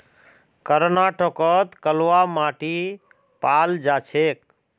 कर्नाटकत कलवा माटी पाल जा छेक